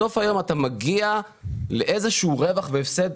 בסוף היום אתה מגיע לאיזה רווח והפסד.